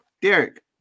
Derek